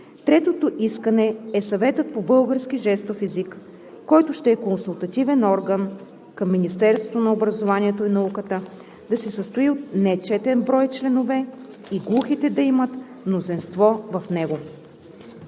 Третото искане е Съветът по български жестов език, който ще е консултативен орган към Министерството на образованието и науката, да се състои от нечетен брой членове и глухите да имат мнозинство в него.